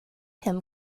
him